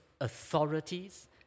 authorities